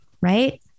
right